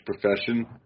profession